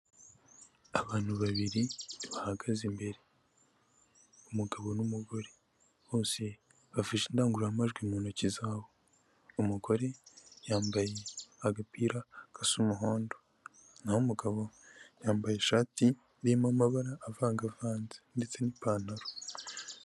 Abantu babiri bahagaze imbere, umugabo n'umugore bose bafashe indangururamajwi mu ntoki zabo umugore yambaye agapira gasa umuhondo naho umugabo yambaye ishati irimo amabara avangavanze ndetse n'ipantaro.